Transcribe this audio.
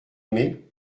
aimé